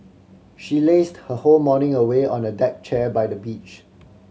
she lazed her whole morning away on a deck chair by the beach